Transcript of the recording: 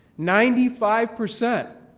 ninety-five percent